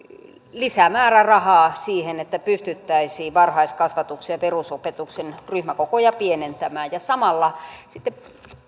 lisämäärärahaa siihen että pystyttäisiin varhaiskasvatuksen ja perusopetuksen ryhmäkokoja pienentämään ja samalla